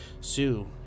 Sue